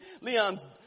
Leon's